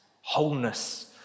wholeness